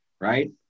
right